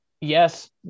yes